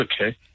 okay